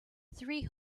three